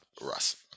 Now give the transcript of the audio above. Russ